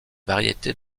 variété